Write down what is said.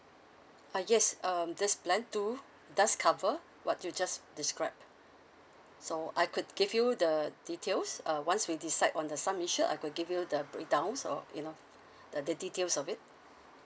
uh yes um this plan two does cover what you just described so I could give you the details uh once we decide on the sum insured I could give you the breakdown so you know the the details of it